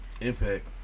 Impact